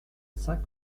saint